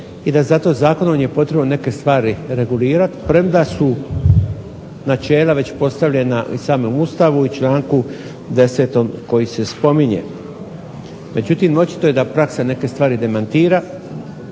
i da zato zakonom je potrebno neke stvari regulirati premda su načela već postavljena u samom Ustavu u članku 10. koji se spominje. Međutim, očito je da praksa neke stvari demantira,